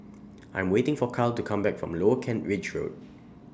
I Am waiting For Kyle to Come Back from Lower Kent Ridge Road